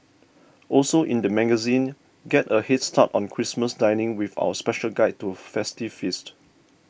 also in the magazine get a head start on Christmas dining with our special guide to festive feasts